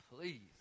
please